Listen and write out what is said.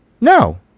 No